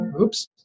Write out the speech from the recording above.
oops